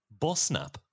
Busnap